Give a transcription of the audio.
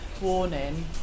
warning